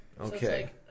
Okay